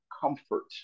comfort